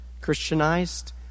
Christianized